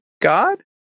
God